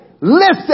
listen